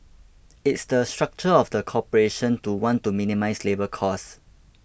it's the structure of the corporation to want to minimise labour costs